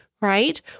right